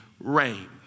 rain